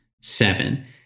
seven